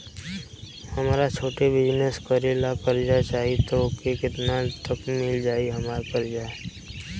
हमरा छोटा बिजनेस करे ला कर्जा चाहि त ओमे केतना तक मिल जायी हमरा कर्जा?